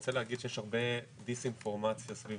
רוצה להגיד שיש הרבה דיס אינפורמציה סביב